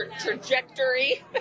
trajectory